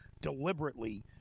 deliberately